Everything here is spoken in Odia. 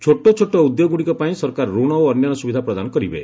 ଛୋଟ ଛୋଟ ଉଦ୍ୟୋଗଗୁଡ଼ିକପାଇଁ ସରକାର ରଣ ଏବଂ ଅନ୍ୟାନ୍ୟ ସୁବିଧା ପ୍ରଦାନ କରିବେ